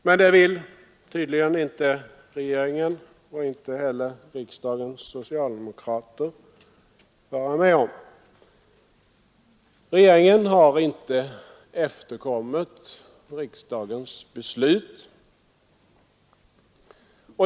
Men det vill tydligen inte regeringen och inte heller riksdagens socialdemokrater vara med om. Regeringen har inte efterkommit riksdagens beslut.